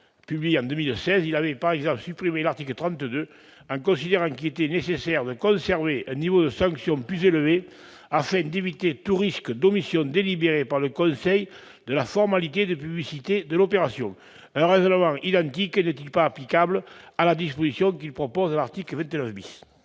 publié en 2016, il a, par exemple, justifié la suppression de l'article 32, en considérant qu'il était « nécessaire de conserver un niveau de sanction plus élevé, afin d'éviter tout risque d'omission délibérée par le conseil de la formalité de publicité de l'opération. » Un raisonnement identique n'est-il pas applicable à la disposition qu'il propose à l'article 29 ?